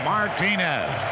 Martinez